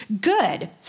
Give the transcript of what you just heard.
good